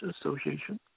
Association